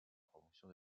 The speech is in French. promotion